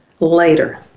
later